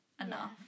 enough